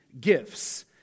gifts